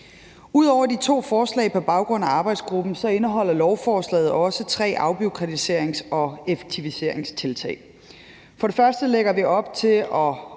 Ud over de to forslag på baggrund af arbejdsgruppen indeholder lovforslaget også tre afbureaukratiserings- og effektiviseringstiltag. For det første lægger vi op til at